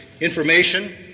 information